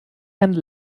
hand